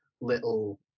little